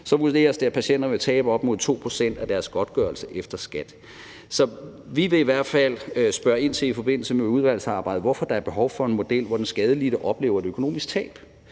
vurderes det, at patienterne vil tabe op mod 2 pct. af deres godtgørelse efter skat. Så vi vil i hvert fald i forbindelse med udvalgsarbejdet spørge ind til, hvorfor der er behov for en model, hvor den skadelidte oplever et økonomisk tab.